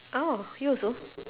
oh you also